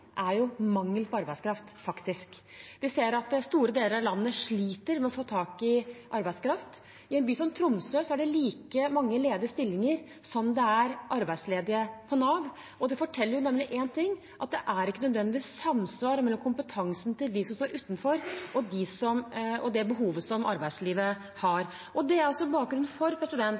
er faktisk mangel på arbeidskraft. Vi ser at store deler av landet sliter med å få tak i arbeidskraft. I en by som Tromsø er det like mange ledige stillinger som det er arbeidsledige på Nav. Det forteller én ting: Det er ikke nødvendigvis samsvar mellom kompetansen til dem som står utenfor, og det behovet som arbeidslivet har. Det er også bakgrunnen for